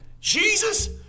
Jesus